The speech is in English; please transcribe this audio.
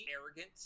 arrogant